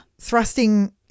thrusting